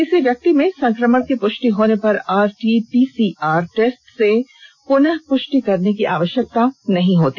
किसी व्यक्ति में संक्रमण की पुष्टि होने पर आरटी पीसीआर टेस्ट से पुनः पुष्टि करने की आवश्यकता नहीं होती